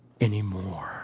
anymore